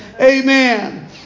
Amen